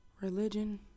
religion